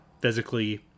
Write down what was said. physically